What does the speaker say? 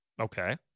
Okay